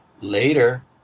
Later